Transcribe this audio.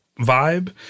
vibe